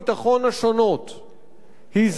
הזהירו במלים חריפות